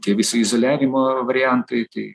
tie visi izoliavimo variantai